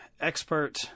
expert